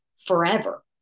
forever